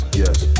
yes